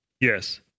Yes